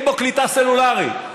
שאין בו קליטה סלולרית.